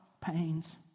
pains